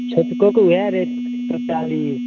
छोटकोके वएह रेट एक सओ चालिस